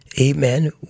amen